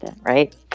right